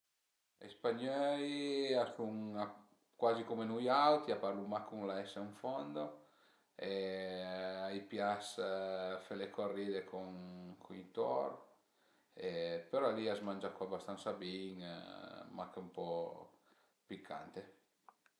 I spagnöi a sun cuazi cume nui auti, a parlu mach cun la esse ën fondo e a i pias fe le corride cun i tor, però li a s'mangia co bastansa bin, mach ën po picante